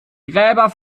gräber